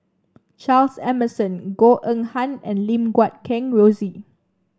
Charles Emmerson Goh Eng Han and Lim Guat Kheng Rosie